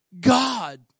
God